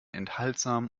enthaltsamen